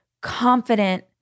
confident